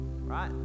right